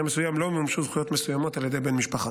מסוים לא ימומשו זכויות מסוימות על ידי בן משפחה.